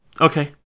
Okay